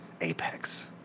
apex